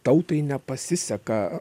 tautai nepasiseka